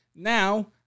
Now